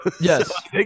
Yes